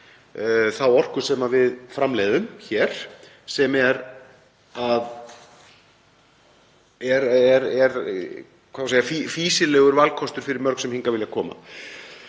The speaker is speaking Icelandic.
þá orku sem við framleiðum hér, sem er fýsilegur valkostur fyrir mörg sem hingað vilja koma.